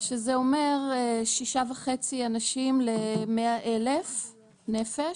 שזה אומר 6.5 אנשים ל-100 אלף נפש,